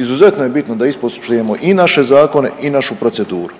Izuzetno je bitno da ispoštujemo i naše zakone i našu proceduru,